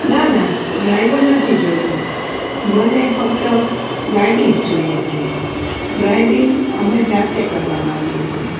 ના ના ડ્રાઈવર નથી જોઈતો મને ફક્ત ગાડી જ જોઈએ છીએ ડ્રાઇવિંગ અમે જાતે કરવા માંગીએ છીએ